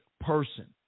person